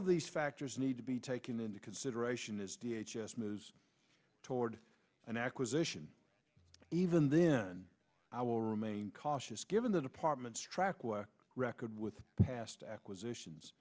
of these factors need to be taken into consideration as d h s moves toward an acquisition even then i will remain cautious given the department's track where record with past acquisitions